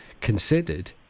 considered